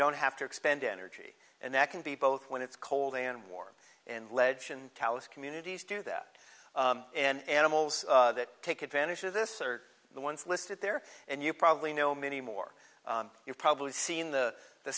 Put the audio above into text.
don't have to expend energy and that can be both when it's cold and warm in legend tallis communities do that and animals that take advantage of this are the ones listed there and you probably know many more you've probably seen the